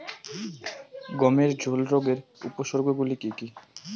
গমের ঝুল রোগের উপসর্গগুলি কী কী?